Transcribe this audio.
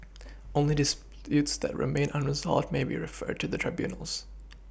only disputes that remain unresolved may be referred to the tribunals